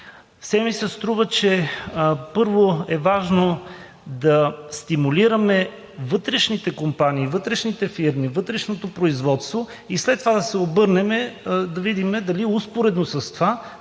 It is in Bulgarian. Все ми се струва, първо, че е важно да стимулираме вътрешните компании, вътрешните фирми, вътрешното производство и след това да се обърнем и да видим дали успоредно с това